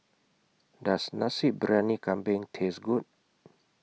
Does Nasi Briyani Kambing Taste Good